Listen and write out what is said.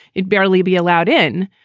it barely be allowed in,